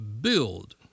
build